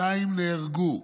שניים נהרגו,